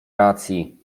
racji